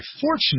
fortunate